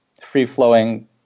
free-flowing